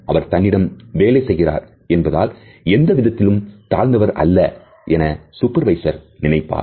அவர் தன்னிடம் வேலை செய்கிறார் என்பதால் எந்த விதத்திலும் தாழ்ந்தவர் அல்ல என சூப்பர்வைசர் நினைப்பார்